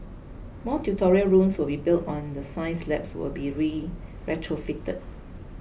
more tutorial rooms will be built and the science labs will be re retrofitted